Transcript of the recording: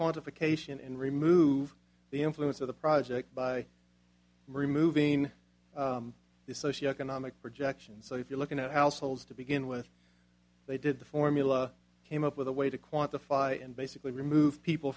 quantification and remove the influence of the project by removing the socio economic projections so if you look at households to begin with they did the formula came up with a way to quantify and basically remove people